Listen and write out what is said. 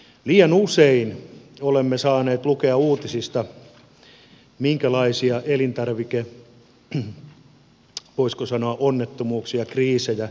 liian usein olemme saaneet lukea uutisista siitä minkälaisia elintarvike voisiko sanoa onnettomuuksia ja kriisejä maailmalta kuuluukaan